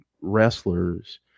wrestlers